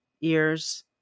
ears